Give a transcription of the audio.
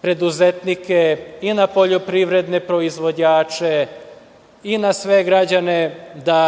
preduzetnike i na poljoprivredne proizvođače i na sve građane da